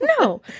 No